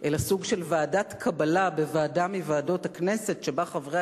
אלא סוג של ועדת קבלה בוועדה מוועדות הכנסת שבה חברי